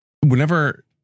whenever